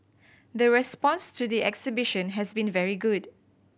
the response to the exhibition has been very good